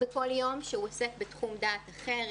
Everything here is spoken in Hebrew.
כל יום עוסק בתחום דעת אחר,